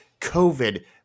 COVID